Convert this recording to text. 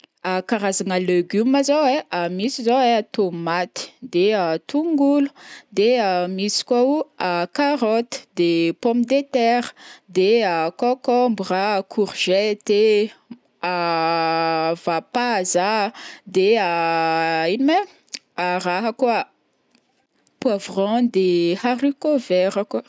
karazagna légumes zao ai, misy zao ai tomaty, de tongolo, de misy koa o carotte, de pomme de terre, de concombre a, courgette e, vapaza de ino mai raha koa poivron de haricot vert koa.